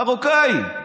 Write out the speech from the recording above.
מרוקני,